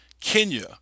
kenya